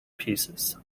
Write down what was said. pieces